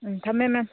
ꯎꯝ ꯊꯝꯃꯦ ꯃꯦꯝ